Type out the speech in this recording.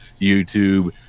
YouTube